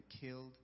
killed